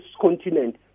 continent